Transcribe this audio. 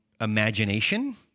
imagination